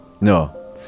no